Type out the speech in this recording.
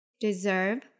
deserve